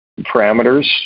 parameters